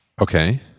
okay